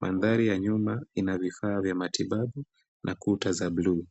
Mandhari ya nyuma ina vifaa vya matibabu na kuta za bluu.